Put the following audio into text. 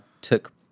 took